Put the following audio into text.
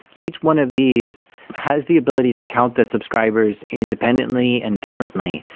each one of these has the ability to count their subscribers independently and differently.